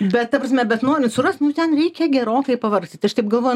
bet ta prasme bet norint surast nu ten reikia gerokai pavargti tai aš taip galvoju